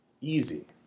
easy